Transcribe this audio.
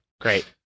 Great